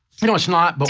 you know it's not but